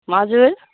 हजुर